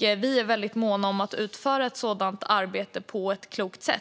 Vi är väldigt måna om att utföra ett sådant arbete på ett klokt sätt.